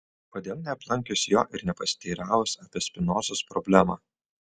kodėl neaplankius jo ir nepasiteiravus apie spinozos problemą